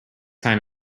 time